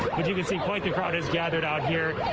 as you can see, quite the crowd has gathered out here.